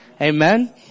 Amen